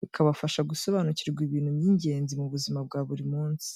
bikabafasha gusobanukirwa ibintu by'ingenzi mu buzima bwa buri munsi.